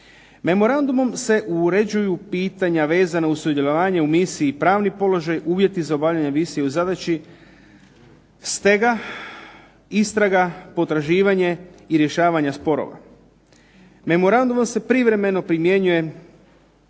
Memorandumom se uređuju pitanja vezana uz sudjelovanje u misiji i pravni položaj, uvjeti za obavljanje misije u zadaći, stega, istraga, potraživanje i rješavanja sporova. Memorandum se privremeno primjenjuje